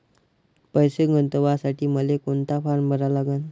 पैसे गुंतवासाठी मले कोंता फारम भरा लागन?